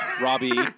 Robbie